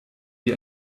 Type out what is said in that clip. wie